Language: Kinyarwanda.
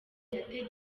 ephrem